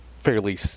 fairly